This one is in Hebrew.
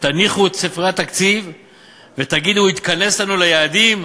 שתניחו את ספרי התקציב ותגידו: התכנס לנו ליעדים,